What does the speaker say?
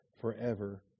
forever